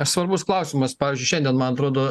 svarbus klausimas pavyzdžiui šiandien man atrodo